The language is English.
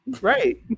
Right